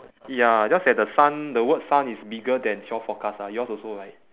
ya just that the sun the word sun is bigger than shore forecast ah yours also right